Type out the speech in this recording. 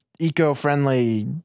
eco-friendly